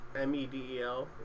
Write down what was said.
M-E-D-E-L